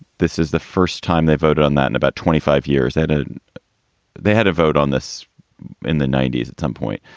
this is the first time they've voted on that in about twenty five years, that ah they had a vote on this in the ninety s at some point.